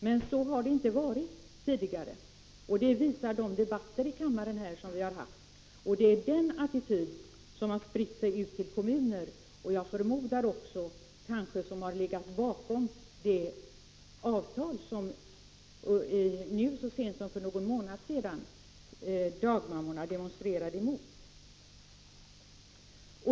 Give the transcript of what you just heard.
Men så har det inte varit tidigare, det visar de debatter som vi har haft här i kammaren, och det framgick inte heller av statsrådets första inlägg i den här debatten. Det är den negativa attityden som har spritt sig ut till kommuner, och jag förmodar att den attityden också har legat bakom det avtal som dagmammorna demonstrerade emot så sent som för någon månad sedan.